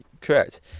Correct